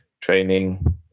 training